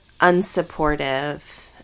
unsupportive